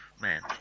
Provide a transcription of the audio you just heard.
Man